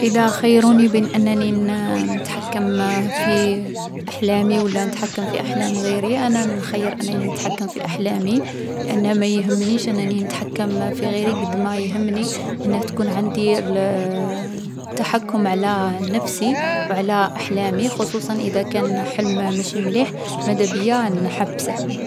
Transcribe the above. ﻿إذا خيروني بين أنني ن-نتحكم في أحلامي ولا نتحكم في أحلام غيري، أنا نخير أنني نتحكم في أحلامي. لأنها ما يهمنيش أنني نتحكم في غيري، قد ما يهمني أن تكون عندي التحكم على نفسي وعلى أحلامي خصوصاً إذا كان حلم مشي مليح مدا بيا نحبسه.